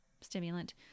stimulant